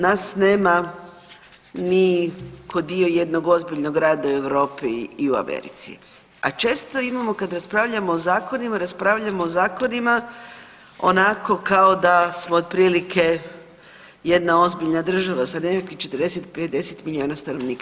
Nas nema ni ko dio jednog ozbiljnog rada u Europi i u Americi, a često imamo kad raspravljamo o zakonima, raspravljamo o zakonima onako kao da smo otprilike jedna ozbiljna država sa nekakvih 40-50 milijuna stanovnika.